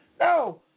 No